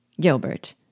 Gilbert